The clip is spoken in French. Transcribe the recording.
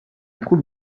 trouve